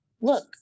look